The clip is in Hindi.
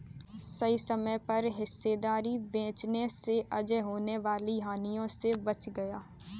सही समय पर हिस्सेदारी बेचने से अजय होने वाली हानि से बच गया